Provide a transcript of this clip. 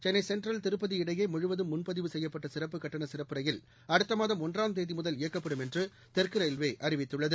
சென்னைசென்ட்ரல் திருப்பதி இடையேமுழுவதும் முன்பதிவு செய்யப்பட்டசிறப்புக் கட்டண சிறப்பு ரயில் அடுத்தமாதம் ஒன்றாம் முதல் இயக்கப்படும் என்றுதெற்குரயில்வேஅறிவித்துள்ளது